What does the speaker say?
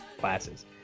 classes